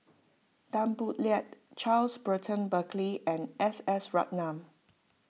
Tan Boo Liat Charles Burton Buckley and S S Ratnam